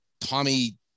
Tommy